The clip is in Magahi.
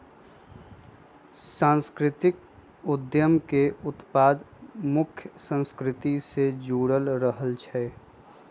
सांस्कृतिक उद्यम के उत्पाद मुख्य संस्कृति से जुड़ल रहइ छै